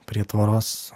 prie tvoros